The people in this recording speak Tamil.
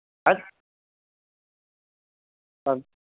அத் ஆ